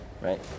Right